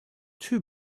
too